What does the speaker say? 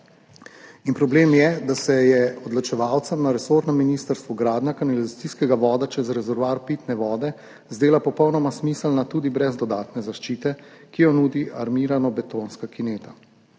Problem je, da se je odločevalcem na resornem ministrstvu gradnja kanalizacijskega voda čez rezervoar pitne vode zdela popolnoma smiselna tudi brez dodatne zaščite, ki jo nudi armiranobetonska kineta.